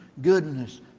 goodness